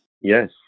Yes